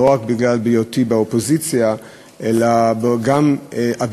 לא רק בגלל היותי באופוזיציה אלא גם לאור